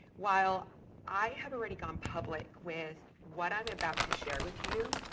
while i had already gone public with what i'm about to share with you,